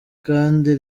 kandi